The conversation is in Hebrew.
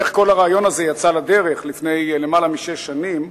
סיפר איך כל הרעיון הזה יצא לדרך לפני יותר משש שנים.